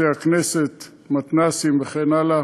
בתי-הכנסת, מתנ"סים וכן הלאה,